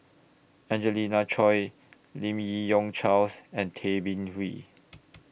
Angelina Choy Lim Yi Yong Charles and Tay Bin Wee